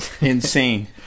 insane